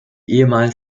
ehemals